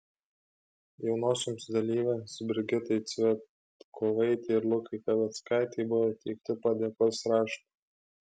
jaunosioms dalyvėms brigitai cvetkovaitei ir lukai kaveckaitei buvo įteikti padėkos raštai